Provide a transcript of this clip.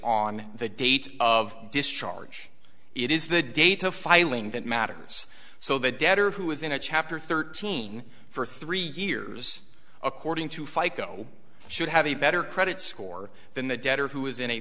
on the date of discharge it is the data filing that matters so the debtor who is in a chapter thirteen for three years according to fight go should have a better credit score than the debtor who is in